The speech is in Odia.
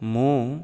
ମୁଁ